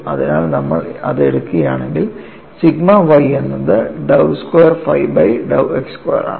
അതിനാൽ നമ്മൾ അത് എടുക്കുകയാണെങ്കിൽ സിഗ്മ y എന്നത് dou square phi by dou x square ആണ്